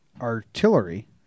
Artillery